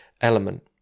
element